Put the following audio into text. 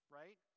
right